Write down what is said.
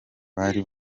bari